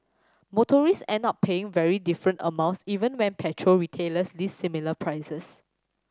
motorist end up paying very different amounts even when petrol retailers list similar prices